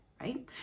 right